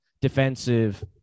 defensive